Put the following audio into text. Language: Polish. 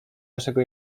naszego